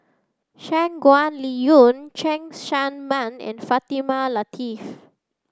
Shangguan Liuyun Cheng Tsang Man and Fatimah Lateef